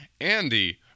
Andy